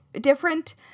different